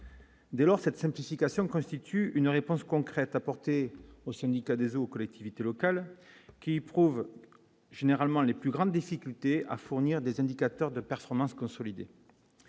Dès lors, cette simplification constitue une réponse concrète apportée au syndicat des eaux aux collectivités locales qui prouvent, généralement les plus grandes difficultés à fournir des indicateurs de performance consolidée,